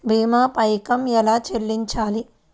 భీమా పైకం ఎలా చెల్లించాలి?